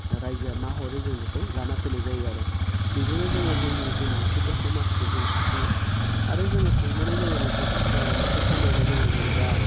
रायजोआ मा हरो जों बेखौ लाना फैनाय जायो आरो बिजोंनो जोङो जोंनि गोनांथिफोरखौ माखासे जों सुफुङो आरो जोङो थांबावनाय जायो मोनसे मोनसे खामानियाव जोंहा जेनेबा